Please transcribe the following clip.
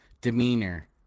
demeanor